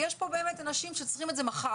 יש פה אנשים שצריכים את זה מחר,